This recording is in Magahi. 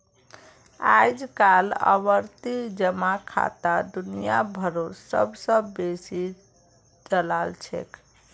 अइजकाल आवर्ती जमा खाता दुनिया भरोत सब स बेसी चलाल छेक